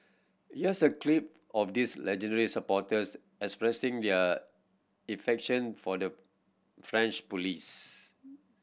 here's a clip of these legendary supporters expressing their effection for the French police